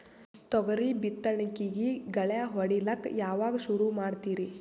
ತೊಗರಿ ಬಿತ್ತಣಿಕಿಗಿ ಗಳ್ಯಾ ಹೋಡಿಲಕ್ಕ ಯಾವಾಗ ಸುರು ಮಾಡತೀರಿ?